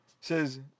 says